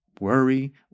worry